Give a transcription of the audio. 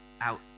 out